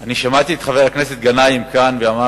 אני שמעתי כאן את חבר הכנסת גנאים שאמר